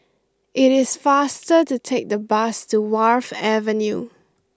it is faster to take the bus to Wharf Avenue